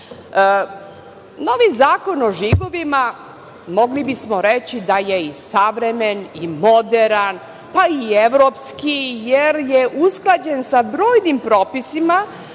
Novi Zakon o žigovima mogli bismo reći da je savremen i moderan, pa i evropski jer je usklađen sa brojnim propisima